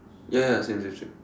ya ya ya same same same